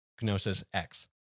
GnosisX